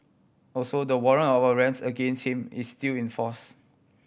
also the warrant of arrest against him is still in force